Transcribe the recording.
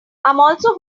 also